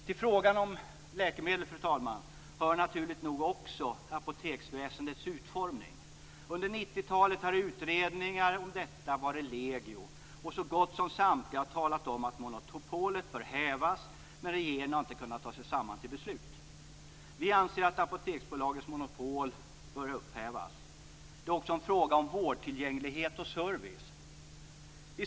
Till frågan om läkemedel, fru talman, hör naturligt nog också apoteksväsendets utformning. Under 90 talet har utredningar om detta varit legio. Så gott som samtliga har talat om att monopolet bör hävas, men regeringen har inte kunnat ta sig samman till beslut. Vi anser att Apoteksbolagets monopol bör upphävas. Det är också en fråga om vårdtillgänglighet och service.